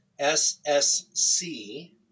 SSC